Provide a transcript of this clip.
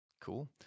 Cool